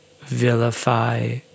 vilify